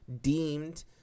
deemed